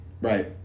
Right